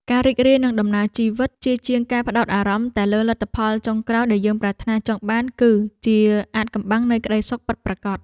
ការរីករាយនឹងដំណើរជីវិតជាជាងការផ្ដោតអារម្មណ៍តែលើលទ្ធផលចុងក្រោយដែលយើងប្រាថ្នាចង់បានគឺជាអាថ៌កំបាំងនៃក្ដីសុខពិតប្រាកដ។